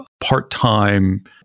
part-time